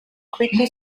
quickly